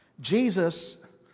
Jesus